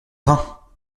vin